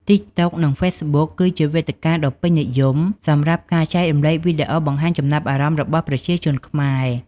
TikTok និង Facebook គឺជាវេទិកាដ៏ពេញនិយមសម្រាប់ការចែករំលែកវីដេអូបង្ហាញចំណាប់អារម្មណ៍របស់ប្រជាជនខ្មែរ។